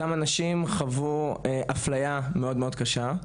אותם אנשים חוו אפליה מאוד מאוד קשה.